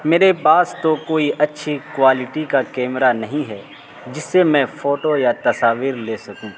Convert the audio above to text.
میرے پاس تو کوئی اچھی کوالٹی کا کیمرہ نہیں ہے جس سے میں فوٹو یا تصاویر لے سکوں